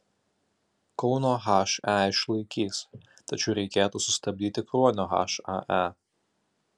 kauno he išlaikys tačiau reikėtų sustabdyti kruonio hae